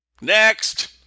Next